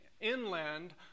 inland